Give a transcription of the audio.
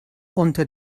unter